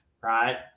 Right